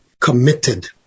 committed